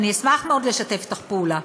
ואני אשמח מאוד לשתף אתך פעולה.